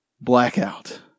Blackout